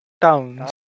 Towns